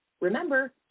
Remember